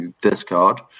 discard